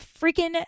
freaking